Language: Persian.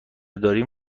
داریم